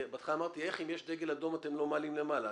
כי בהתחלה אמרתי איך אם יש דגל אדום אתם לא מעלים למעלה.